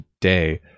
day